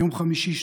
יום חמישי,